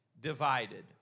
divided